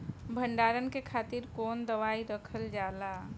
भंडारन के खातीर कौन दवाई रखल जाला?